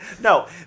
No